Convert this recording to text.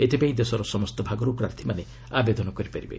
ଏଥିପାଇଁ ଦେଶର ସମସ୍ତ ଭାଗରୁ ପ୍ରାର୍ଥୀମାନେ ଆବେଦନ କରିପାରିବେ